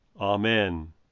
Amen